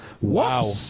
Wow